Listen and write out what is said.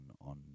on